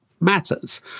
matters